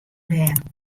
bern